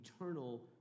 eternal